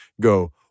go